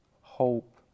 hope